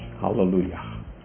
Hallelujah